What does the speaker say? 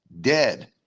dead